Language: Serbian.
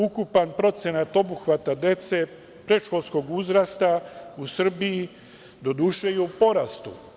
Ukupan procenat obuhvata dece predškolskog uzrasta u Srbiji, doduše, je u porastu.